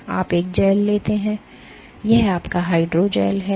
तो आप एक जेल लेते हैं यह आपका हाइड्रोजेल है